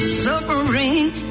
suffering